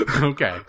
Okay